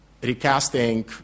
recasting